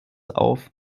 auf